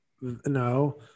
No